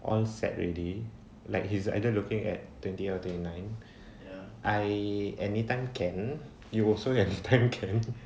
all set already like he's either looking at twenty or twenty nine I anytime can you also anytime can